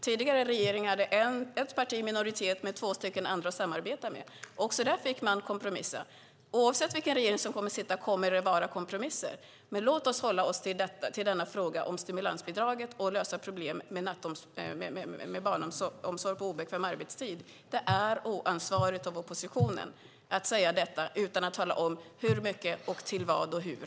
Tidigare regering hade ett parti i minoritet med två andra att samarbeta med. Också där fick man kompromissa. Oavsett vilken regering som kommer att sitta kommer det att vara kompromisser. Men låt oss hålla oss till frågan om stimulansbidraget och att lösa problemet med barnomsorg på obekväm arbetstid. Det är oansvarigt av oppositionen att säga detta utan att tala om hur mycket, till vad och hur.